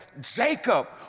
Jacob